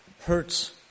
hurts